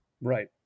Right